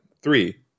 three